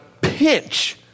pinch